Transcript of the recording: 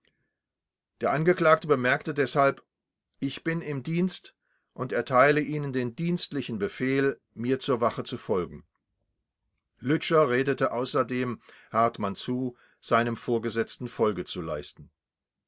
der angeklagte bemerkte deshalb ich bin im dienst und erteile ihnen den dienstlichen befehl mir zur wache zu folgen lütscher redete außerdem hartmann zu seinem vorgesetzten folge zu leisten